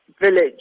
village